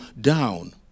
down